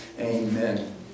Amen